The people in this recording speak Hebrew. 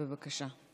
בבקשה.